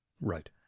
Right